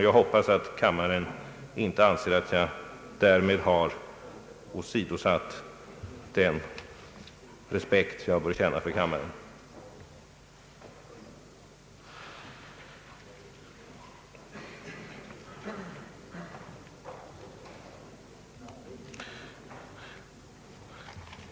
Jag hoppas att kammaren inte anser att jag därmed har åsiodsatt den respekt som jag bör känna för kammaren.